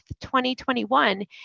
2021